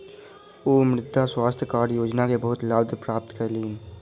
ओ मृदा स्वास्थ्य कार्ड योजना के बहुत लाभ प्राप्त कयलह्नि